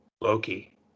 Loki